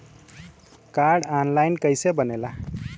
Card online कइसे बनेला?